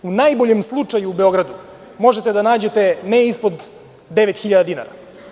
Stan u najboljem slučaju u Beogradu možete da nađete ne ispod 9.000 dinara.